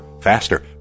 faster